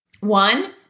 One